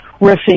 riffing